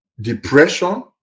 depression